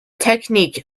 technique